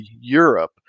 Europe